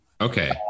Okay